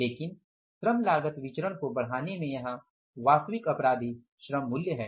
लेकिन श्रम लागत विचरण को बढ़ाने में यहां वास्तविक अपराधी श्रम मूल्य है